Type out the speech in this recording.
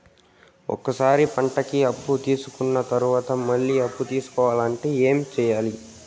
ఒక సారి పంటకి అప్పు తీసుకున్న తర్వాత మళ్ళీ అప్పు తీసుకోవాలంటే ఏమి చేయాలి?